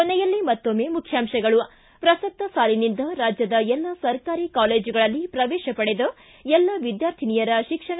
ಕೊನೆಯಲ್ಲಿ ಮತ್ತೊಮ್ಮೆ ಮುಖ್ಯಾಂಶಗಳು ಪ್ರಸಕ್ತ ಸಾಲಿನಿಂದ ರಾಜ್ಯದ ಎಲ್ಲ ಸರ್ಕಾರಿ ಕಾಲೇಜುಗಳಲ್ಲಿ ಪ್ರವೇತ ಪಡೆದ ಎಲ್ಲ ವಿದ್ಯಾರ್ಥಿನಿಯರ ಶಿಕ್ಷಣ